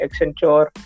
Accenture